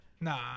Nah